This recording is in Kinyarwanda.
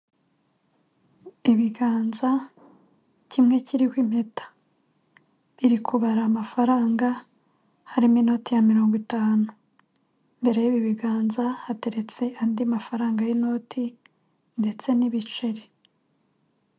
Ibiganza kimwe kiriho impeta, biri kubara amafaranga harimo iminote ya mirongo itanu, imbere y'ibi biganza hateretse andi mafaranga y'inoti ndetse n'ibiceri.